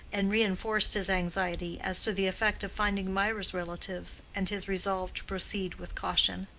and reinforced his anxiety as to the effect of finding mirah's relatives and his resolve to proceed with caution.